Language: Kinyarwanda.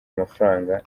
amafaranga